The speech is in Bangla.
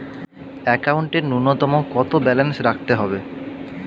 একাউন্টে নূন্যতম কত ব্যালেন্স রাখতে হবে?